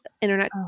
internet